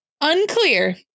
Unclear